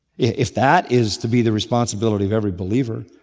if that is to be the responsibility of every believer.